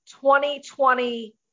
2020